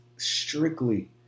strictly